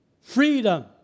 freedom